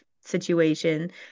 situation